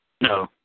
No